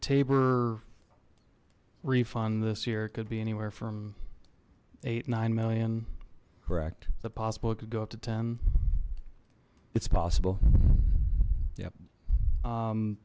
tabor refund this year could be anywhere from eight nine million correct that possible it could go up to ten it's possible ye